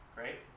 Great